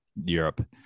Europe